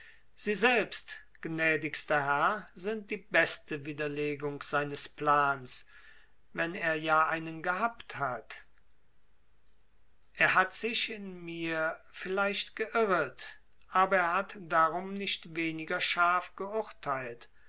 sie selbst gnädigster herr sind die beste widerlegung seines plans wenn er ja einen gehabt hat er hat sich in mir vielleicht geirret aber er hat darum nicht weniger scharf geurteilt